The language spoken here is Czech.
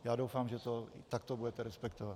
Já doufám, že to takto budete respektovat.